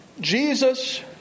Jesus